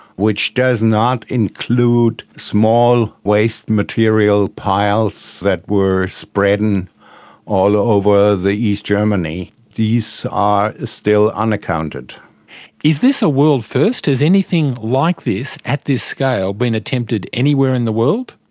which does not include small waste material piles that were spread and all over east germany. these are still unaccounted is this a world first? has anything like this at this scale been attempted anywhere in the world?